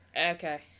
Okay